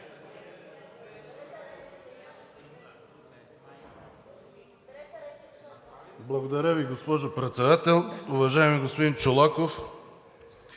Благодаря Ви, госпожо Председател. Уважаеми господин Чолаков,